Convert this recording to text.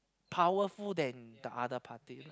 powerful than the other party